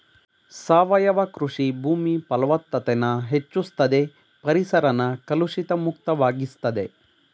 ಸಾವಯವ ಕೃಷಿ ಭೂಮಿ ಫಲವತ್ತತೆನ ಹೆಚ್ಚುಸ್ತದೆ ಪರಿಸರನ ಕಲುಷಿತ ಮುಕ್ತ ವಾಗಿಸ್ತದೆ